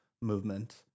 movement